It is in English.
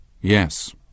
Yes